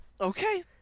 okay